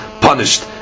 punished